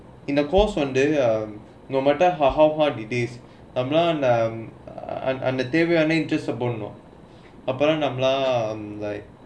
in the course on they uh no matter how how hard it is நம்மெல்லாம் அதே தேவியன்னே:nammelaam athae theviyannae interest lah I'm like